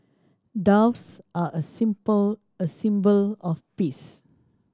doves are a simple a symbol of peace